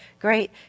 great